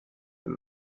veel